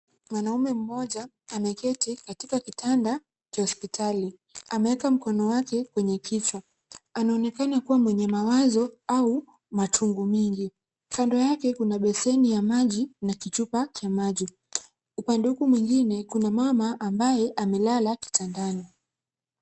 Mwanaume mmoja ameketi katika kitanda cha hospitali. Ameweka mkono wake kwenye kichwa. Anaonekana kuwa mwenye mawazo au machungu mengi. Kando yake kuna besheni la maji na kichupa cha maji. Upande huu mwingine kuna mama ambaye amelala kitandani.